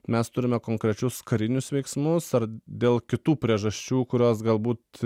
mes turime konkrečius karinius veiksmus ar dėl kitų priežasčių kurios galbūt